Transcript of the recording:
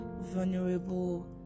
vulnerable